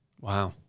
Wow